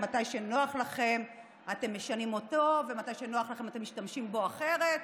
שמתי שנוח לכם אתם משנים אותו ומתי שנוח לכם אתם משתמשים בו אחרת.